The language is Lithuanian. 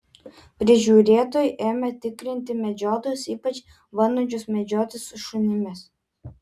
prižiūrėtojai ėmė tikrinti medžiotojus ypač bandančius medžioti su šunimis